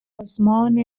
سازمان